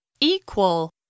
Equal